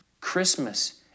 Christmas